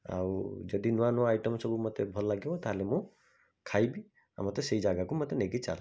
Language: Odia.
ଆଉ ଯଦି ନୂଆ ନୂଆ ଆଇଟମ୍ ସବୁ ମୋତେ ଭଲ ଲାଗିବ ତାହେଲେ ମୁଁ ଖାଇବି ଆଉ ମୋତେ ସେହି ଜାଗାକୁ ମୋତେ ନେଇକି ଚାଲ